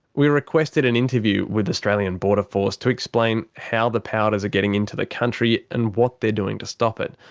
we requested an interview with australian border force to explain how the powders are getting into the country and what they're doing to stop it,